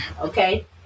Okay